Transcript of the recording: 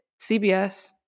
CBS